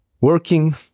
working